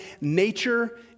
nature